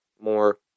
more